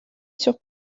sur